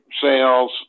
sales